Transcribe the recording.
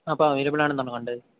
അപ്പോ അവൈലബിൾ ആണെന്നാണോ കണ്ടത്